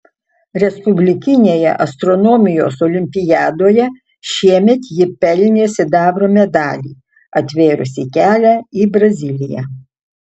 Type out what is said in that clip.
respublikinėje astronomijos olimpiadoje šiemet ji pelnė sidabro medalį atvėrusį kelią į braziliją